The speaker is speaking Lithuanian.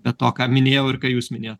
be to ką minėjau ir ką jūs minėjot